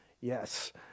yes